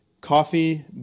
coffee